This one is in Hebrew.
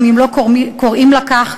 גם אם לא קוראים לה כך,